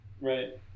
right